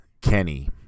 Kenny